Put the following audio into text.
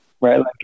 right